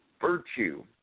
virtue